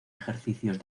ejercicios